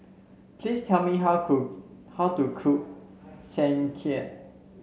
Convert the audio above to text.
please tell me how cook how to cook Sekihan